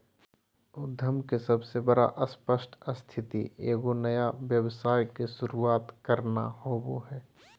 उद्यम के सबसे बड़ा स्पष्ट स्थिति एगो नया व्यवसाय के शुरूआत करना होबो हइ